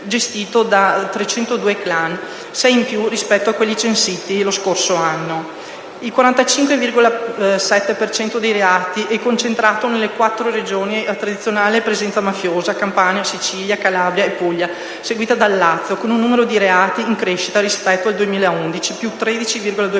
gestito da 302 *clan*, 6 in più rispetto a quelli censiti lo scorso anno. Il 45,7 per cento dei reati è concentrato nelle quattro Regioni a tradizionale presenza mafiosa (Campania, Sicilia, Calabria e Puglia) seguite dal Lazio, con un numero di reati in crescita rispetto al 2011 (+13,2